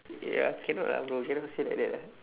ya cannot ah bro cannot say like that ah